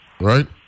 right